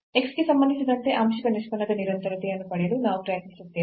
x ಗೆ ಸಂಬಂಧಿಸಿದಂತೆ ಆಂಶಿಕ ನಿಷ್ಪನ್ನದ ನಿರಂತರತೆಯನ್ನು ಪಡೆಯಲು ನಾವು ಪ್ರಯತ್ನಿಸುತ್ತೇವೆ